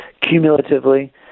cumulatively